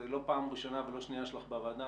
זה לא פעם ראשונה ולא שנייה שלך בוועדה,